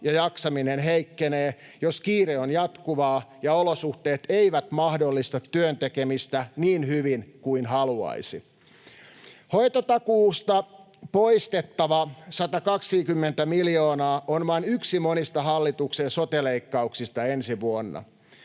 ja jaksaminen heikkenee, jos kiire on jatkuvaa ja olosuhteet eivät mahdollista työn tekemistä niin hyvin kuin haluaisi. Hoitotakuusta poistettava 120 miljoonaa on vain yksi monista hallituksen sote-leikkauksista ensi vuonna.